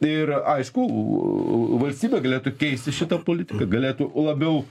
ir aišku valstybė galėtų keisti šitą politiką galėtų labiau